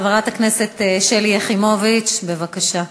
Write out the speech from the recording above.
חברת הכנסת שלי יחימוביץ, בבקשה.